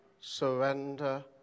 surrender